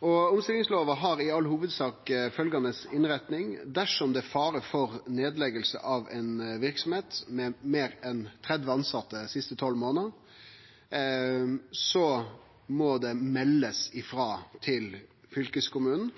Omstillingslova har i all hovudsak følgjande innretning: Dersom det er fare for nedlegging av ei verksemd med meir enn 30 tilsette dei siste 12 månadene, må ein melde frå til fylkeskommunen